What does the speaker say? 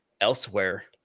elsewhere